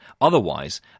otherwise